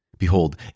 Behold